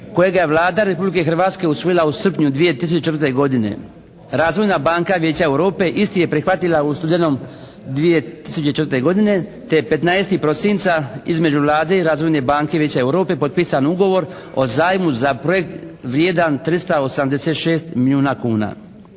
kojeg je Vlada Republike Hrvatske usvojila u srpnju 2004. godine. Razvojna banka Vijeća Europe isti je prihvatila u studenom 2004. godine te je 15. prosinca između Vlade i Razvojne banke i Vijeća Europe potpisan ugovor o zajmu za projekt vrijedan 386 milijuna kuna.